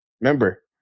Remember